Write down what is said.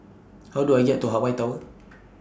How Do I get to Hawaii Tower